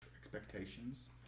expectations